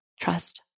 trust